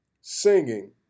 singing